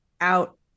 out